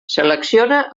selecciona